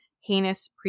heinous